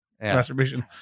masturbation